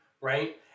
right